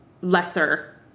lesser